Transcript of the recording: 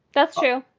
that's true.